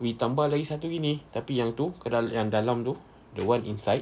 we tambah lagi satu gini tapi yang tu yang dalam tu the [one] inside